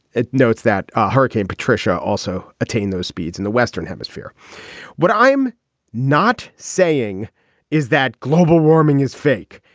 it notes that hurricane patricia also attain those speeds in the western hemisphere what i'm not saying is that global warming is fake.